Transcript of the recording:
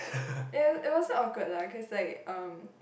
it it wasn't awkward lah cause like um